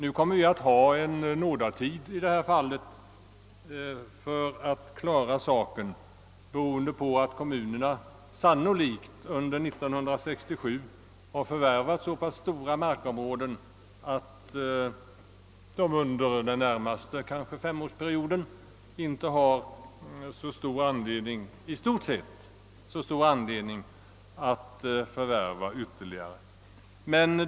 Det kommer att finnas en nådatid i detta fall, beroende på att kommunerna under 1967 sannolikt har förvärvat så pass stora markområden, att de i stort sett under de närmaste åren kanske inte har så stor anledning att förvärva ytterligare mark.